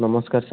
ନମସ୍କାର ସାର୍